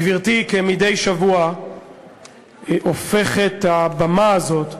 גברתי, כמדי שבוע הופכת הבמה הזאת,